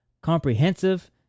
comprehensive